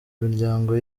miryango